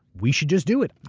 we should just do it.